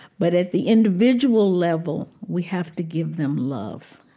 but at the individual level we have to give them love.